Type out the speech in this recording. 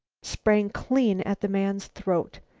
sprang clean at the man's throat.